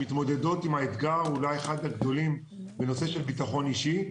שמתמודדות עם האתגר אולי אחד הגדולים בנושא של ביטחון אישי,